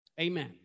Amen